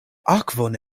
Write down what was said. akvon